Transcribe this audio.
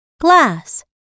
glass